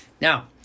Now